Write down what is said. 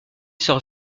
sort